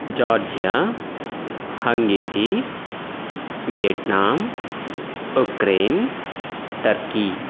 Georgia Hungary Vietnam Ukraine Turkey